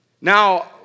Now